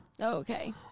Okay